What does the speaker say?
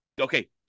Okay